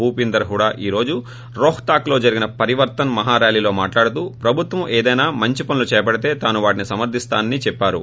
భూపీందర్ హుడా ఈ రోజు రోహ్తాక్లో జరిగిన పరివర్తన్ మహా ర్యాలీలో మాట్లాడుతూ ప్రభుత్వం ఏమైనా మంచి పనులు చేపడితే తాను వాటిని సమర్దిస్తానని చెప్పారు